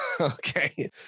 okay